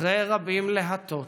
אחרי רבים להטות,